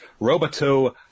Roboto